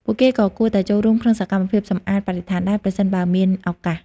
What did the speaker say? ពួកគេក៏គួរតែចូលរួមក្នុងសកម្មភាពសម្អាតបរិស្ថានដែរ ប្រសិនបើមានឱកាស។